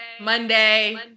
Monday